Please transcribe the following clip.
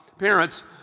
Parents